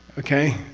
okay?